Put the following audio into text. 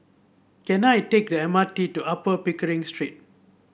can I take the M R T to Upper Pickering Street